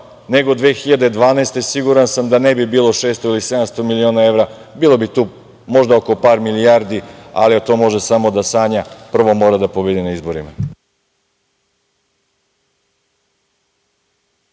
godine. Siguran sam da ne bi bilo 600 ili 700 miliona evra, bilo bi tu možda oko par milijardi, ali on to može samo da sanja, jer prvo mora da pobedi na izborima.